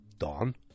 Don